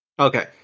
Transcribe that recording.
Okay